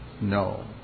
No